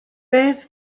beth